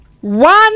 one